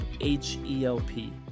H-E-L-P